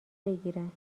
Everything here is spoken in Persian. بگیرم